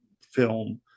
film